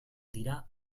dira